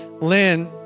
Lynn